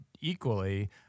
equally